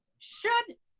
should,